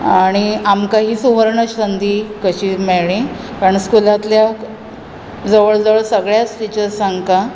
आनी आमकां ही सुवर्ण संदी कशी मेळ्ळीं पूण स्कुलांतल्या जवळ जवळ सगळ्यांक टिचर्सांक